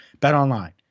Betonline